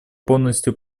полностью